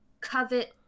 covet